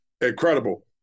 incredible